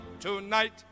tonight